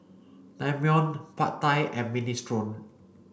Naengmyeon Pad Thai and Minestrone